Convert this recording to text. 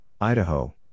Idaho